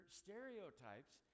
stereotypes